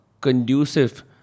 conducive